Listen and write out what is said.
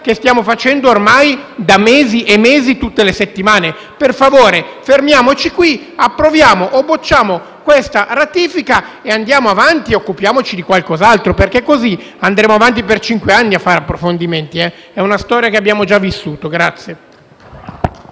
che stiamo facendo ormai da mesi tutte le settimane. Per favore fermiamoci qui, approviamo o respingiamo questa ratifica e proseguiamo ad occuparci di qualcos'altro, altrimenti andremo avanti per cinque anni a fare approfondimenti: è una storia che abbiamo già vissuto.